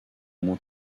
moins